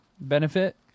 benefit